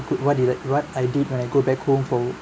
what did I what I did when I go back home from